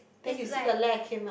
then you see the came out